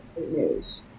news